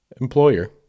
employer